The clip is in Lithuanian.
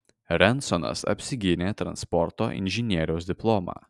rensonas apsigynė transporto inžinieriaus diplomą